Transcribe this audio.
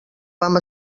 vam